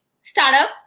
Startup